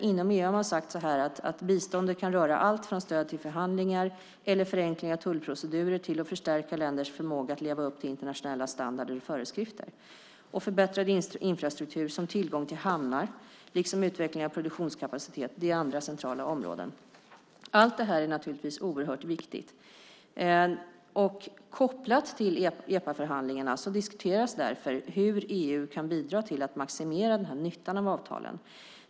Inom EU har man sagt att bistånd kan gälla allt från stöd till förhandlingar eller förenklingar av tullprocedurer till att förstärka länders förmåga att leva upp till internationella standarder och föreskrifter. Förbättrad infrastruktur som tillgång till hamnar liksom utveckling av produktionskapacitet är andra centrala områden. Allt detta är naturligtvis oerhört viktigt. Kopplat till EPA-förhandlingarna diskuteras därför hur EU kan bidra till att maximera nyttan av avtalen.